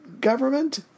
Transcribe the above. government